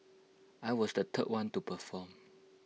I was the third one to perform